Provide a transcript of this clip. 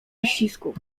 uścisków